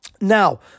now